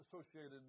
associated